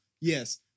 Yes